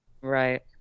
Right